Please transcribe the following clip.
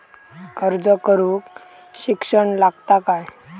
अर्ज करूक शिक्षण लागता काय?